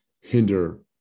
hinder